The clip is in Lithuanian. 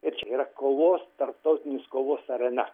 ir čia yra kovos tarptautinės kovos arena